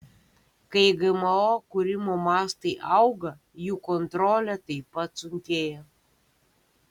kai gmo kūrimo mastai auga jų kontrolė taip pat sunkėja